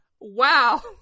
wow